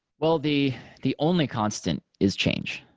well, the the only constant is change.